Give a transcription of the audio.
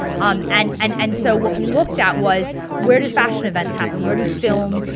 um and and and so what we looked at was where do fashion events happen? where do film,